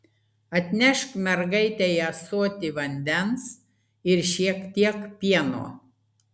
atnešk mergaitei ąsotį vandens ir šiek tiek pieno